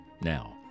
Now